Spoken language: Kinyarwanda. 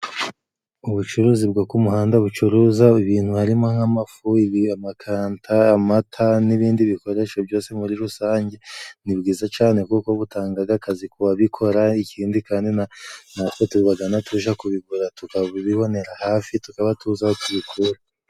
Ubucuruzi bwo ku muhanda bucuruza ibintu harimo nk'amafu, ibi, amakanta, amata, n'ibindi bikoresho byose. Muri rusange ni byiza cyane kuko butangaga akazi ku babikora, ikindi kandi natwe tubagana tuja no kubigura tukabibonera hafi, tukaba tuza aho tubikura.